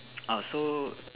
orh so